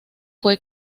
fue